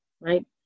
right